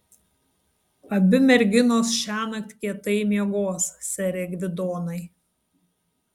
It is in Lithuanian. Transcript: abi merginos šiąnakt kietai miegos sere gvidonai